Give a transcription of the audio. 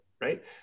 right